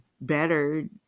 Better